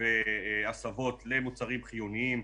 והסבות למוצרים חיוניים.